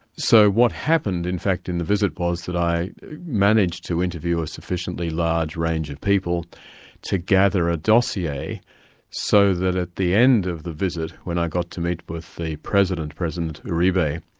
so what happened in fact in the visit was, that i managed to interview a sufficiently large range of people to gather a dossier so that at the end of the visit, when i got to meet with the president, president uribe,